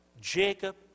Jacob